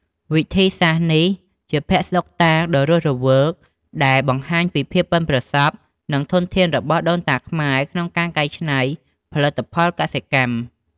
វិធីសាស្ត្រនេះជាភស្តុតាងដ៏រស់រវើកដែលបង្ហាញពីភាពប៉ិនប្រសប់ និងធនធានរបស់ដូនតាខ្មែរក្នុងការកែច្នៃផលិតផលកសិកម្ម។